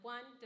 One